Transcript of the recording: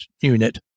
unit